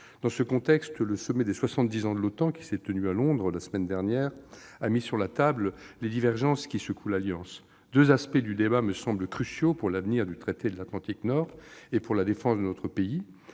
Dans ce contexte, le sommet des soixante-dix ans de l'OTAN, qui s'est tenu à Londres la semaine dernière, a permis de mettre sur la table les divergences qui traversent l'Alliance. Deux aspects me semblent cruciaux pour l'avenir du traité de l'Atlantique Nord et pour la défense de notre pays